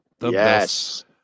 yes